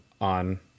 on